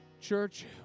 church